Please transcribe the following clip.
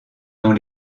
dans